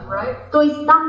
right